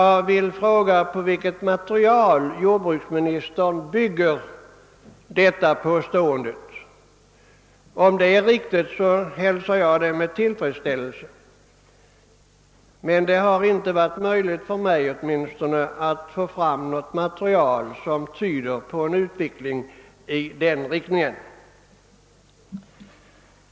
På vilket material bygger jordbruksministern det påståendet? Om det är riktigt hälsar jag det med tillfredsställelse. För mig har det i varje fall inte varit möjligt att få fram något som helst material som tyder på en utveckling i den riktningen.